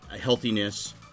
healthiness